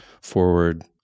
forward